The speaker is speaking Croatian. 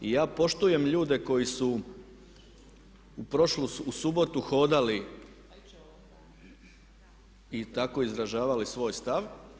I ja poštujem ljude koji su u prošlu subotu hodali i tako izražavali svoj stav.